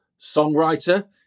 songwriter